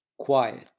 Quiet